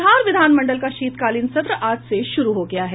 बिहार विधानमंडल का शीतकालीन सत्र आज से शुरू हो गया है